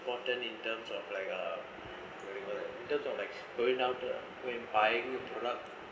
important in terms of like uh in terms of like going down when buying a product